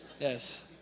Yes